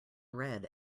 red